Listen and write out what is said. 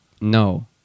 no